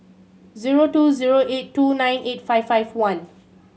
zero two zero eight two nine eight five five one